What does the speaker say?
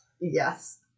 yes